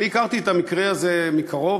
אני הכרתי את המקרה הזה מקרוב.